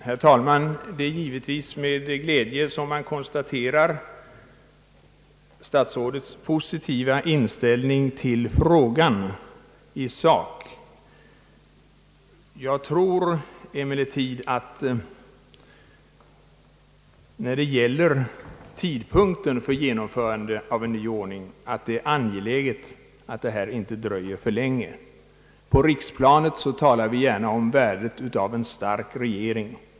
Herr talman! Det är givetvis med glädje som man konstaterar herr statsrådets tydligen positiva inställning till frågan i sak. När det gäller tidpunkten för genomförande av en ny ordning tror jag emellertid att det är angeläget att detta inte dröjer för länge. På riksplanet talar vi gärna om värdet av en stark regering.